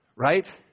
Right